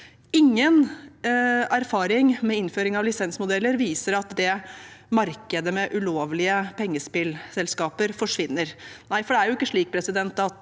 Ingen erfaring med innføring av lisensmodeller viser at markedet med ulovlige pengespillselskaper forsvinner.